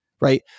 right